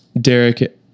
Derek